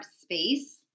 space